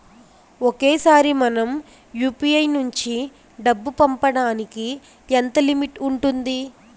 ఒకేసారి మనం యు.పి.ఐ నుంచి డబ్బు పంపడానికి ఎంత లిమిట్ ఉంటుంది?